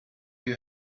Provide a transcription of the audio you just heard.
you